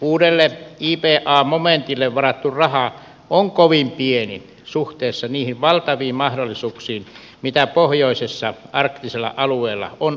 uudelle iba momentille varattu raha on kovin pieni suhteessa niihin valtaviin mahdollisuuksiin mitä pohjoisessa arktisella alueella on olemassa